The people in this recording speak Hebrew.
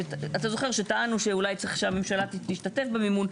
אתה זוכר שטענו שאולי צריך שהממשלה תשתתף במימון.